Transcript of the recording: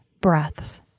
breaths